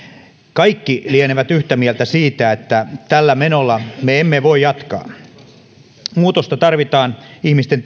kaikki lienevät yhtä mieltä siitä että tällä menolla me emme voi jatkaa muutosta tarvitaan ihmisten